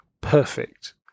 perfect